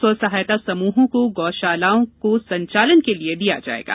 स्वसहायता समूहों को गौ शालाओं का संचालन के लिए दिया जाएगा